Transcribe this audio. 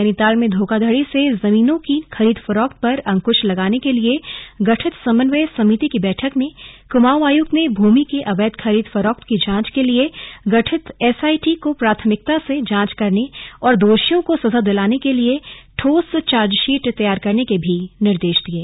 नैनीताल में धोखाधड़ी से जमीनों की खरीद फरोख्त पर अंकृश लगाने के लिए गठित समन्वय समिति की बैठक में कुमाऊं आयुक्त ने भूमि के अवैध खरीद फरोख्त की जांच के लिए गठित एसआईटी को प्राथमिकता से जांच करने और दोषियों को सजा दिलाने के लिए ठो चार्ज शीट तैयार करने के निर्देश दिये